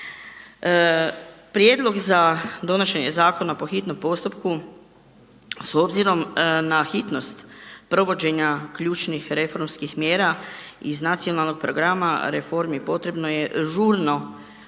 Prijedlog za donošenje zakona po hitnom postupku s obzirom na hitnost provođenja ključnih reformskih mjera iz Nacionalnog programa reformi potrebno je žurno